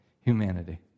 humanity